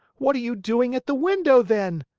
what are you doing at the window, then?